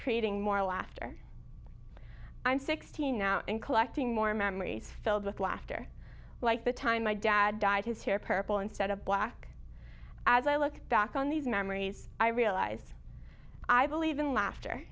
creating more laughter i'm sixteen now and collecting more memories filled with laughter like the time my dad died his hair purple instead of black as i look back on these memories i realized i believe in laughter